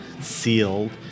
sealed